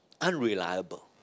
unreliable